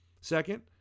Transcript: Second